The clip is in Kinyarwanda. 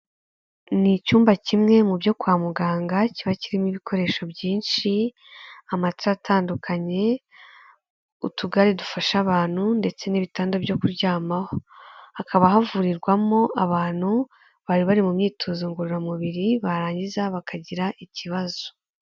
Ni icyumba kimwe mu byo kwa muganga kiba kirimo ibikoresho byinshi, amatara atandukanye utugari dufasha abantu ndetse n'ibitanda byo kuryamaho, hakaba havurirwamo abantu bari bari mu myitozo ngororamubiri barangiza bakagira ikibazo.